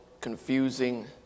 confusing